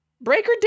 Breaker